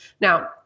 Now